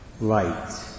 light